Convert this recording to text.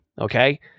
okay